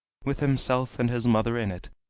with himself and his mother in it,